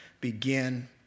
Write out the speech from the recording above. begin